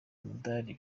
umudali